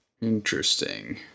Interesting